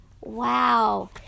Wow